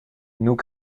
nous